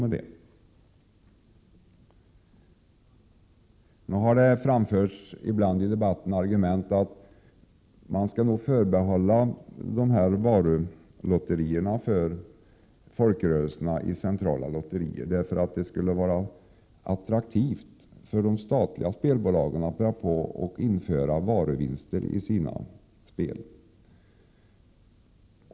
Det har ibland i debatten framförts argument om att folkrörelserna borde förbehållas varulotterierna i centrala lotterier, därför att det skulle vara attraktivt för de statliga spelbolagen att införa varuvinster i sina spel.